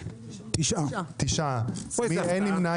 9 נמנעים